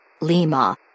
Lima